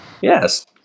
Yes